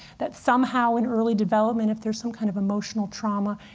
that somehow in early development, if there's some kind of emotional trauma,